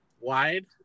wide